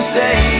say